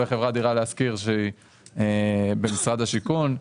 וחברת "דירה להשכיר" שהיא במשרד השיכון.